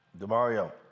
DeMario